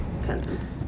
sentence